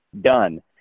done